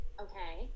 Okay